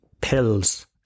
pills